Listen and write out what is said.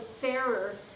fairer